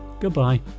Goodbye